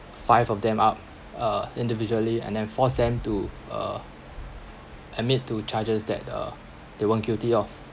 five of them up uh individually and then forced them to uh admit to charges that uh they weren't guilty of